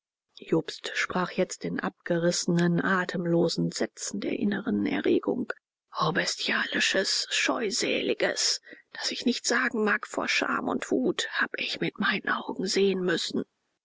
jobst sprach jetzt in den abgerissenen atemlosen sätzen der inneren erregung o bestialisches scheusäliges das ich nicht sagen mag vor scham und wut habe ich mit meinen augen sehen müssen